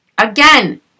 Again